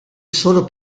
solo